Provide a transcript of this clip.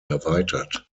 erweitert